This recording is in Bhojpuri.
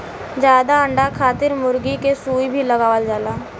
जादा अंडा खातिर मुरगी के सुई भी लगावल जाला